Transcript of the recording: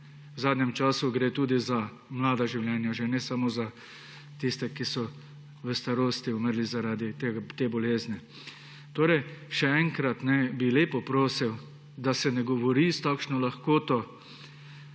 V zadnjem času gre tudi za mlada življenja že, ne samo za tiste, ki so v starosti umrli zaradi te bolezni. Torej bi še enkrat lepo prosil, da se ne govori s takšno lahkoto